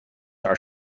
are